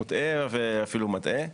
מוטעה ואפילו מטעה.